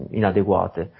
inadeguate